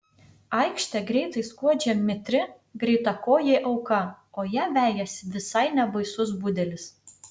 aikšte greitai skuodžia mitri greitakojė auka o ją vejasi visai nebaisus budelis